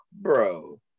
bro